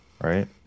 right